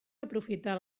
aprofitar